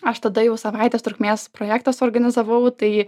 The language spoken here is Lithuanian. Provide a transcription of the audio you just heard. aš tada jau savaitės trukmės projektą suorganizavau tai